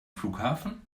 flughafen